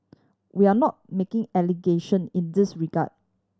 we are not making allegation in this regard